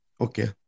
Okay